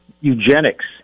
eugenics